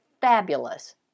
fabulous